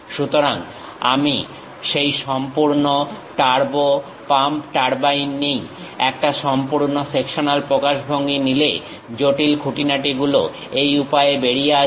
যদি আমি সেই সম্পূর্ণ টার্বো পাম্প টারবাইন নিই একটা সম্পূর্ণ সেকশনাল প্রকাশভঙ্গি নিলে জটিল খুঁটিনাটিগুলো এই উপায়ে বেরিয়ে আসবে